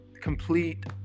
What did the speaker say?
complete